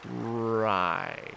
Right